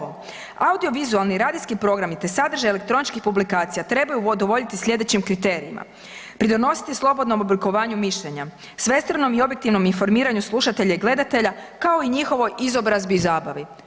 Audiovizualni radijski programi te sadržaji elektroničkih publikacija trebaju udovoljiti sljedećim kriterijima, pridonositi slobodnom oblikovanju mišljenja, svestranom i objektivnom informiranju slušatelja i gledatelja, kao i njihovoj izobrazbi i zabavi.